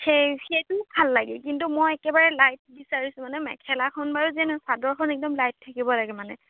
সেই সেইটো ভাল লাগে কিন্তু মই একেবাৰে লাইট বিচাৰিছোঁ মানে মেখেলাখন বাৰু যিয়ে নহওক চাদৰখন একদম লাইট থাকিব লাগে মানে